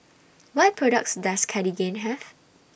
What products Does Cartigain Have